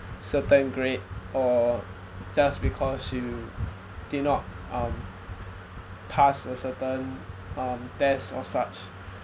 certain grade or just because you did not (um)pass a certain um test or such